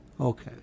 Okay